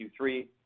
Q3